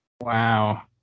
Wow